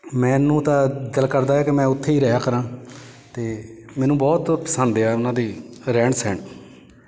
ਮੈਨੂੰ ਤਾਂ ਦਿਲ ਕਰਦਾ ਏ ਕਿ ਮੈਂ ਉੱਥੇ ਹੀ ਰਿਹਾ ਕਰਾਂ ਅਤੇ ਮੈਨੂੰ ਬਹੁਤ ਪਸੰਦ ਆ ਉਹਨਾਂ ਦੀ ਰਹਿਣ ਸਹਿਣ